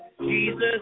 Jesus